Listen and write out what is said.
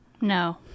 No